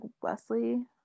wesley